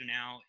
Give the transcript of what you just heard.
now